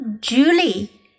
Julie